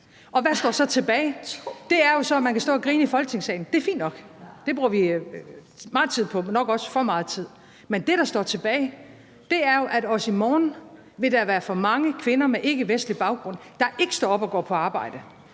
Og hvad står så tilbage? Det er så, at man kan stå og grine i Folketingssalen. Det er fint nok; det bruger vi meget tid på, nok også for meget tid. Men det, der står tilbage, er jo, at også i morgen vil der være for mange kvinder med ikkevestlig baggrund, der ikke står op og går på arbejde,